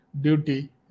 duty